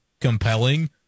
compelling